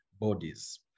bodies